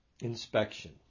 inspection